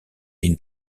been